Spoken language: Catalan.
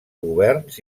governs